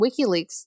WikiLeaks